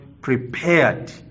prepared